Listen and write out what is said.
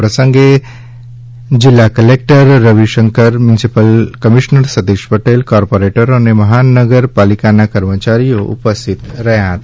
આ પ્રસંગે જિલ્લા collector Ravishankar municipal commissioner Satish Patel કોર્પોરેટરો અને મહાનગર પાલિકાના કર્મચારીઓ ઉપસ્થિત રહ્યા હતા